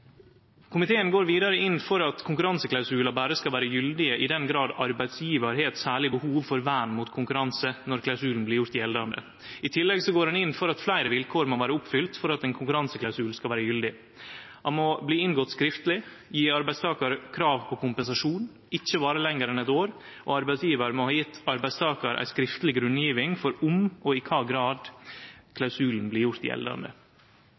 Komiteen går vidare inn for at konkurranseklausular berre skal vere gyldige i den grad arbeidsgjevar har eit særleg behov for vern mot konkurranse når klausulen blir gjort gjeldande. I tillegg går ein inn for at fleire vilkår må vere oppfylte for at ein konkurranseklausul skal vere gyldig: Han må bli inngått skriftleg, gje arbeidstakar krav på kompensasjon, ikkje vare lenger enn eitt år, og arbeidsgjevar må ha gjeve arbeidstakar ei skriftleg grunngjeving for om og i kva grad klausulen blir gjort gjeldande.